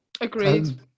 Agreed